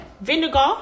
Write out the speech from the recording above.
vinegar